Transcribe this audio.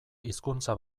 hizkuntza